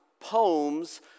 poems